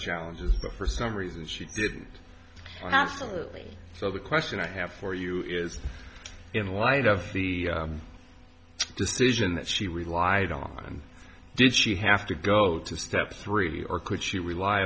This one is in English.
challenges the for some reason she did absolutely so the question i have for you is in light of the decision that she relied on did she have to go to step three or could she rely